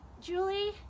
Julie